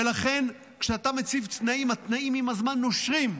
ולכן, כשאתה מציב תנאים, עם הזמן התנאים נושרים.